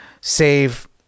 save